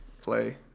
play